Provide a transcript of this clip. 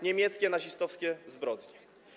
Niemieckie, nazistowskie zbrodnie.